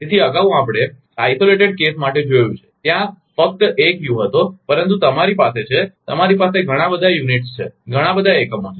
તેથી અગાઉ આપણે એકલા કેસ માટે જોયું છે કે ત્યાં ફક્ત એક યુ હતો પરંતુ તમારી પાસે છે તમારી પાસે ઘણા બધા એકમો છે ઘણા બધા એકમો છે